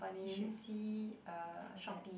you should see uh that